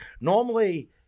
Normally